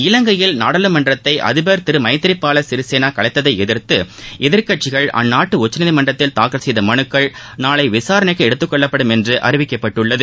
இலங்கையில் நாடாளுமன்றத்தை அதிபர் திரு மைதிரிபால சிறிசேனா கலைத்ததை எதிர்த்து எதிர்க்கட்சிகள் அந்நாட்டு உச்சநீதிமன்றத்தில் தாக்கல் செய்த மனுக்கள் நாளை விசாரணைக்கு எடுத்துக் கொள்ளப்படும் என்று அநிவிக்கப்பட்டுள்ளது